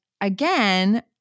again